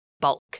bulk